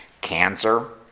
Cancer